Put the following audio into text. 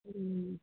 হুম